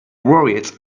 worried